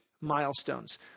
milestones